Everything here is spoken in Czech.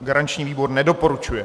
Garanční výbor nedoporučuje.